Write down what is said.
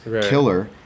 killer